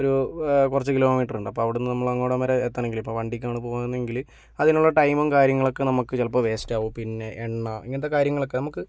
ഒരു കൊറച്ചു കിലോമീറ്ററുണ്ട് അപ്പോൾ അവിടെനിന്നു നമ്മളങ്ങോളം വരെ എത്തണമെങ്കിൽ ഇപ്പോൾ വണ്ടിക്കാണ് പോകുന്നതെങ്കിൽ അതിനുള്ള ടൈമും കാര്യങ്ങളൊക്കെ നമുക്ക് ചിലപ്പോൾ വേസ്റ്റാകും പിന്നെ എണ്ണ ഇങ്ങനത്തെ കാര്യങ്ങളൊക്കെ നമുക്ക്